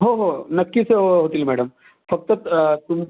हो हो नक्कीच होतील मॅडम फक्त तुम्